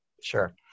Sure